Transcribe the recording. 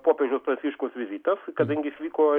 popiežiaus pranciškaus vizitas kadangi jis vyko